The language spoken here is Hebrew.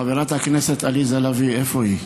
חברת הכנסת עליזה לביא, איפה היא?